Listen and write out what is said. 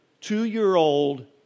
two-year-old